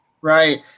right